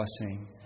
blessing